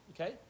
Okay